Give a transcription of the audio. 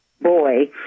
boy